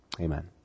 Amen